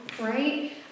right